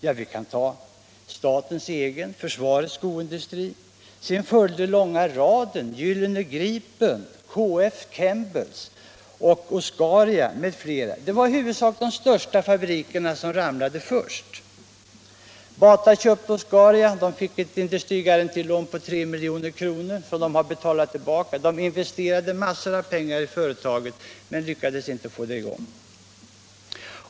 Jag kan nämna statens egen skofabrik, försvarets skoindustri. Sedan följde långa raden — Gyllene Gripen, KF:s Kembels, Oscaria m.fl. Det var i huvudsak de största fabrikerna som ramlade först. Bata köpte Oscaria. De fick ett industrigarantilån på 3 milj.kr. som de har betalat tillbaka. De lade ned massor med pengar i företaget men lyckades inte hålla det i gång.